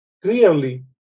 Clearly